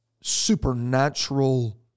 supernatural